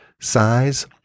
size